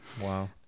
wow